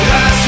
Last